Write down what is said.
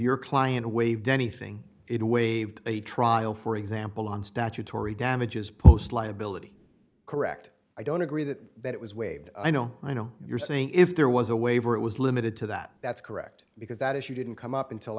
your client away denny thing it waived a trial for example on statutory damages post liability correct i don't agree that it was waived i know i know you're saying if there was a waiver it was limited to that that's correct because that issue didn't come up until